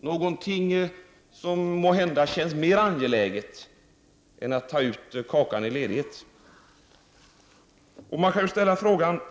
någonting som måhända känns mer angeläget än att ta ut kakan i form av ledighet?